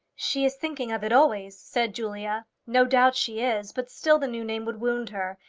she is thinking of it always, said julia. no doubt she is but still the new name would wound her.